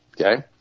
okay